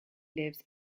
lives